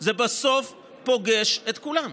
זה בסוף פוגש את כולם.